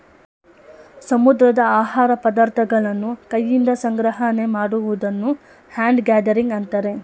ಸಮುದ್ರದ ಆಹಾರ ಪದಾರ್ಥಗಳನ್ನು ಕೈಯಿಂದ ಸಂಗ್ರಹಣೆ ಮಾಡುವುದನ್ನು ಹ್ಯಾಂಡ್ ಗ್ಯಾದರಿಂಗ್ ಅಂತರೆ